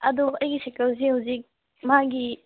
ꯑꯗꯣ ꯑꯩꯒꯤ ꯁꯥꯏꯀꯜꯁꯦ ꯍꯧꯖꯤꯛ ꯃꯥꯒꯤ